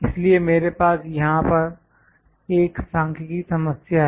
इसलिए मेरे पास यहां एक सांख्यिकी समस्या है